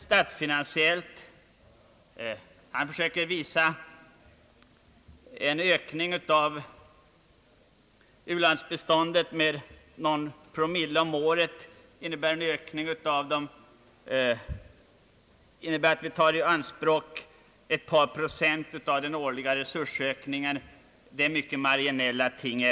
Statsfinansiellt innebär en ökning av u-landsbiståndet med någon promille om året att vi tar i anspråk ett par pro cent av den årliga resursökningen. även detta är mycket marginella ting.